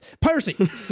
Piracy